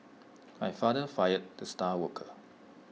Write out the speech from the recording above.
my father fired the star worker